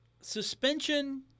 suspension